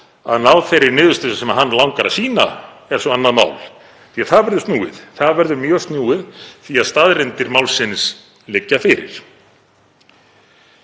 að ná þeirri niðurstöðu sem hann langar að sýna er svo annað mál. Það verður snúið, það verður mjög snúið því að staðreyndir málsins liggja fyrir.